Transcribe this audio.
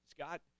Scott